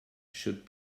should